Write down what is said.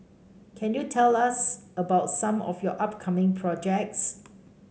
can you tell us about some of your upcoming projects